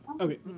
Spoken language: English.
Okay